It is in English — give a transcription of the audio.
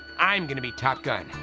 i'm gonna be top gun,